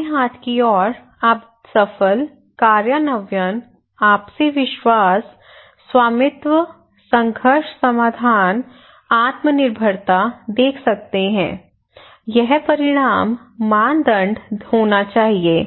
बाएं हाथ की ओर आप सफल कार्यान्वयन आपसी विश्वास स्वामित्व संघर्ष समाधान आत्मनिर्भरता देख सकते हैं यह परिणाम मानदंड होना चाहिए